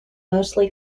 mostly